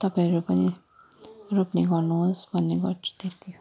तपाईँहरू पनि रोप्ने गर्नुहोस् भन्ने गर्छु त्यति हो